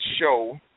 show